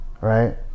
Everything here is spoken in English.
right